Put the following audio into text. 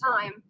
time